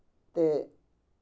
ते